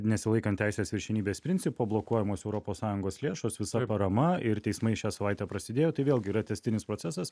nesilaikant teisės viršenybės principo blokuojamos europos sąjungos lėšos visa parama ir teismai šią savaitę prasidėjo tai vėlgi yra tęstinis procesas